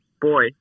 boy